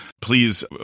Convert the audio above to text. Please